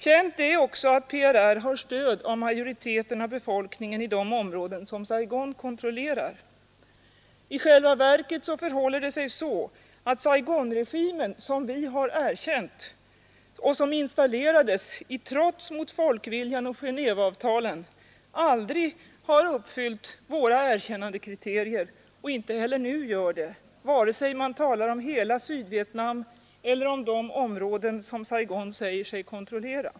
Känt är också att PRR har stöd av majoriteten av befolkningen i de områden som Saigon kontrollerar. I själva verket förhåller det sig så att Saigonregimen, som vi har erkänt och som installerades i trots mot folkviljan och Genéveavtalen, aldrig uppfyllt våra erkännandekriterier och inte heller nu gör det, vare sig man talar om hela Sydvietnam eller de områden som Saigon säger sig kontrollera.